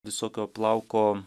visokio plauko